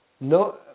no